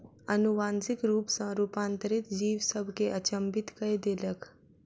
अनुवांशिक रूप सॅ रूपांतरित जीव सभ के अचंभित कय देलक